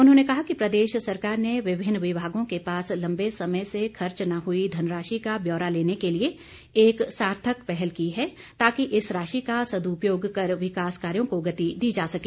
उन्होंने कहा कि प्रदेश सरकार ने विभिन्न विभागों के पास लम्बे समय से खर्च न हुई धनराशि का ब्यौरा लेने के लिए एक सार्थक पहल की है ताकि इस राशि का सदुपयोग कर विकास कार्यों को गति दी जा सके